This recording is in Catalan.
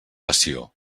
passió